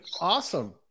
awesome